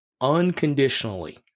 unconditionally